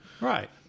Right